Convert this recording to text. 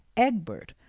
egbert,